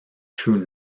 true